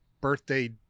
birthday